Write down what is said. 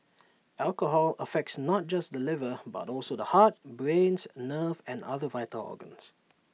alcohol affects not just the liver but also the heart brains nerves and other vital organs